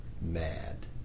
mad